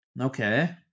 Okay